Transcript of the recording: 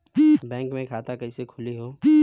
Bank मे खाता कईसे खुली हो?